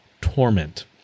Torment